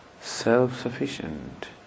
self-sufficient